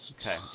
Okay